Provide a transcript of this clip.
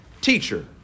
teacher